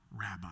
rabbi